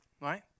right